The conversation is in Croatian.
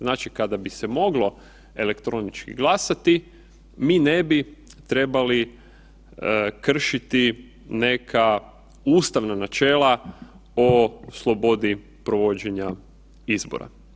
Znači kada bi se moglo elektronički glasati mi ne bi trebali kršiti neka ustavna načela o slobodi provođenja izbora.